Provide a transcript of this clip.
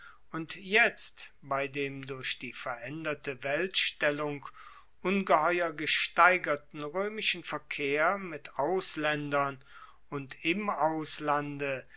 und jetzt bei dem durch die veraenderte weltstellung ungeheuer gesteigerten roemischen verkehr mit auslaendern und im auslande